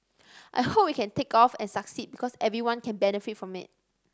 I hope it can take off and succeed because everyone can benefit from it